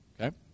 okay